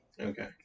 Okay